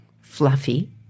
Fluffy